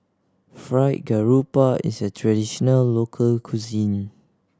Fried Garoupa is a traditional local cuisine